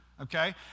Okay